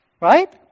Right